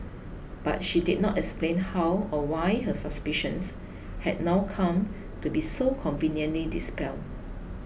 but she did not explain how or why her suspicions had now come to be so conveniently dispelled